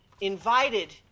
invited